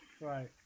Right